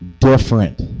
different